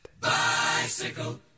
Bicycle